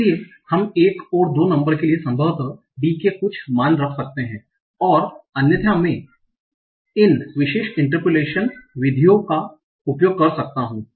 इसलिए हम 1 और 2 नंबर के लिए संभवतः d के कुछ मान रख सकते हैं और अन्यथा मैं इन विशेष interpolation विधियों का उपयोग कर सकता हूं